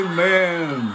Amen